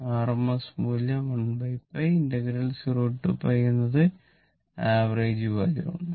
RMS മൂല്യം 1π 0 എന്നത് average value ആണ്